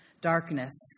darkness